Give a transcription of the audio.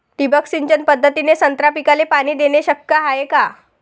ठिबक सिंचन पद्धतीने संत्रा पिकाले पाणी देणे शक्य हाये का?